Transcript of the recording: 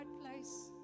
place